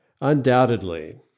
Undoubtedly